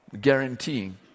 guaranteeing